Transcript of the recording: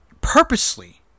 purposely